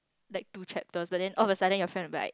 like two chapters but then all of a sudden your friend will be like